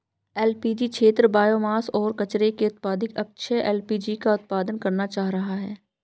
LPG क्षेत्र biomass और कचरे से उत्पादित अक्षय एल.पी.जी का उत्पादन करना चाह रहा है